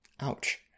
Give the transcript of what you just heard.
Ouch